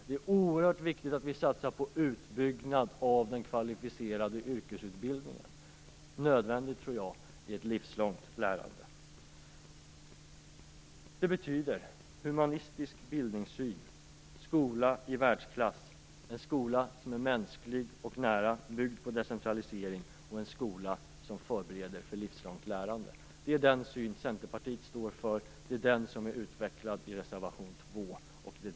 Det är oerhört viktigt att vi satsar på utbyggnad av den kvalificerade yrkesutbildningen. Jag tror att det är nödvändigt i ett livslångt lärande. Det betyder en humanistisk bildningssyn, en skola i världsklass, en skola som är mänsklig och nära, byggd på decentralisering, en skola som förbereder för livslångt lärande. Det är den syn Centerpartiet står för, det är den som är utvecklad i reservation 2.